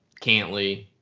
Cantley